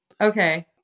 Okay